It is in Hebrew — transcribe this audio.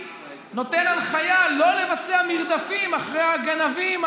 נותן הנחיה שלא לבצע מרדפים אחרי הגנבים,